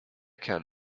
kerl